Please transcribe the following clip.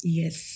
yes